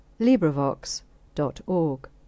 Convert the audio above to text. LibriVox.org